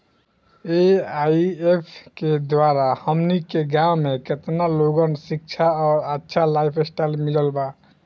AIF के द्वारा हमनी के गांव में केतना लोगन के शिक्षा और अच्छा लाइफस्टाइल मिलल बा